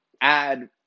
add